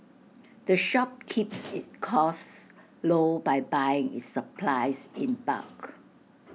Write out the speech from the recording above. the shop keeps its costs low by buying its supplies in bulk